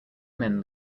men